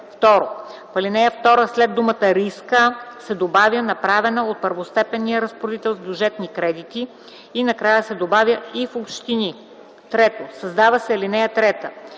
„10”. 2. В ал. 2 след думата „риска” се добавя „направена от първостепенния разпоредител с бюджетни кредити” и накрая се добавя „и в общини”. 3. Създава се ал. 3: